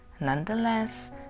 Nonetheless